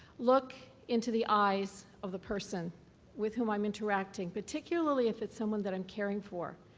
look into the eyes of the person with whom i'm interacting, particularly if it's someone that i'm caring for,